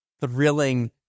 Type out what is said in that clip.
thrilling